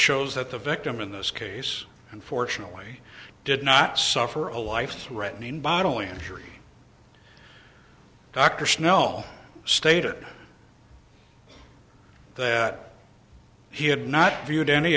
shows that the victim in this case unfortunately did not suffer a life threatening bodily injury dr snow stated that he had not viewed any